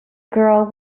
girl